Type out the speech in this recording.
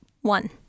One